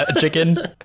chicken